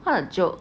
what a joke